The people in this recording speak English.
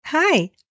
Hi